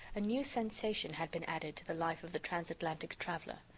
a new sensation had been added to the life of the transatlantic traveler.